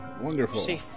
wonderful